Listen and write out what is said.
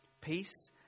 Peace